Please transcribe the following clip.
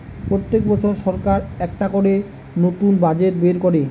পোত্তেক বছর সরকার একটা করে নতুন বাজেট বের কোরে